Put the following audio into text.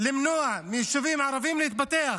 למנוע מיישובים ערביים להתפתח?